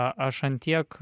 aš ant tiek